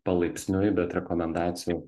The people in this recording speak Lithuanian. palaipsniui bet rekomendacijų